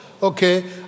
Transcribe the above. Okay